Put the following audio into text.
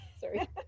Sorry